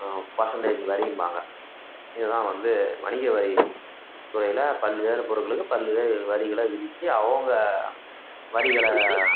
percentage வரிம்பாங்க இதுதான் வந்து வணிக வரி துறையில் பல்வேறு பொருளுக்கு பல்வேறு வரிகளை விதிச்சு அவங்க வரிகளை